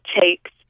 takes